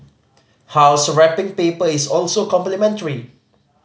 house wrapping paper is also complimentary